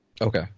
Okay